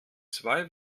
zwei